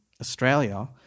Australia